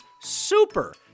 super